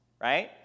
right